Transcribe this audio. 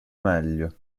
meglio